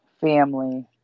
family